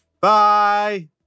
Bye